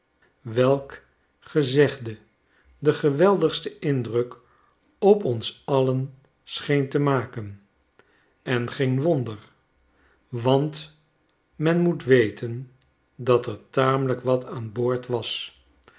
welk gezegde den geweldigsten indruk op ons alien scheen te maken en geen wonder want men moet weten dat er tamelijk wat aan boord was